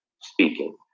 speaking